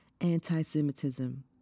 anti-Semitism